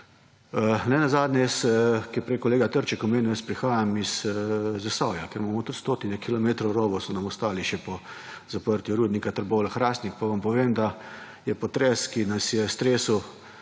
omenil jaz prihajam iz Zasavja, kjer imamo tudi stotine kilometrov rovov so nam ostali še po zaprtju rudnika Trbovlje Hrastnik pa vam povem, da je potres, ki nas je stresel